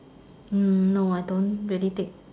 hmm no I don't really take